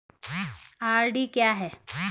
RD क्या है?